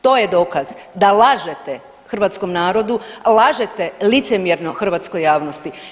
To je dokaz da lažete hrvatskom narodu, lažete licemjerno hrvatskoj javnosti.